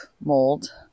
mold